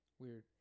Weird